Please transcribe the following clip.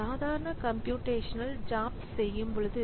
சாதாரண computational jobs செய்யும் போது